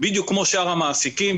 בדיוק כמו שאר המעסיקים,